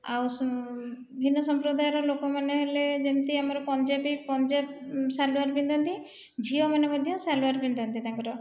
ଆଉ ଭିନ୍ନ ସମ୍ପ୍ରଦାୟର ଲୋକମାନେ ହେଲେ ଯେମିତି ଆମର ପଞ୍ଜାବୀ ପଞ୍ଜାବୀ ଶାଲୱାର ପିନ୍ଧନ୍ତି ଝିଅମାନେ ମଧ୍ୟ ଶାଲୱାର ପିନ୍ଧନ୍ତି ତାଙ୍କର